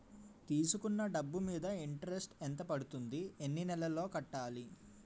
తీసుకున్న డబ్బు మీద ఇంట్రెస్ట్ ఎంత పడుతుంది? ఎన్ని నెలలో కట్టాలి?